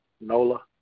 Nola